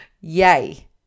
yay